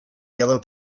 yellow